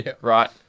right